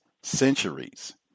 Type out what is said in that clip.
centuries